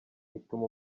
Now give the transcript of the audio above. ituma